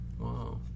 Wow